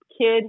kid